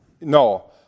No